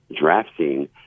drafting